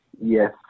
Yes